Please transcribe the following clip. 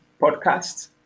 podcast